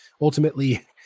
ultimately